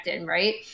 right